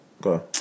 go